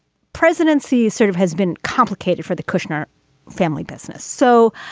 presidency sort of has been complicated for the kushner family business. so